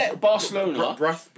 Barcelona